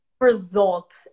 Result